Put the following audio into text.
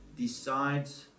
decides